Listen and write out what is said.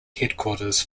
headquarters